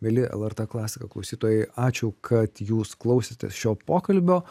mieli lrt klasika klausytojai ačiū kad jūs klausėtės šio pokalbio